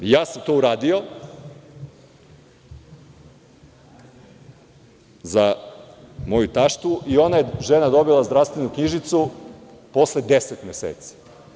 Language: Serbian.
Ja sam to uradio za moju taštu i ona je dobila zdravstvenu knjižicu posle 10 meseci.